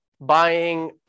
buying